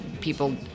people